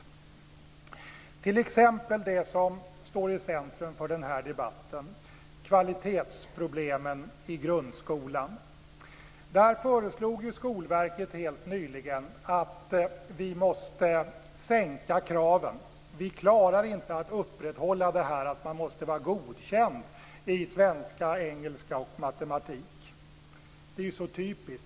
När det t.ex. gäller det som står i centrum för den här debatten, kvalitetsproblemen i grundskolan, sade ju Skolverket helt nyligen att vi måste sänka kraven - vi klarar inte att upprätthålla det här med att man måste vara godkänd i svenska, engelska och matematik. Det är så typiskt!